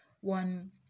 One